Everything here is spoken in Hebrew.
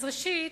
אז ראשית,